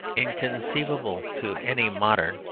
inconceivable to any modern,